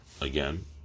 again